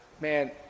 Man